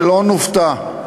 שלא נופתע,